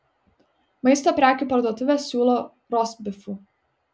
maisto prekių parduotuvė siūlo rostbifų